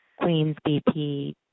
QueensBP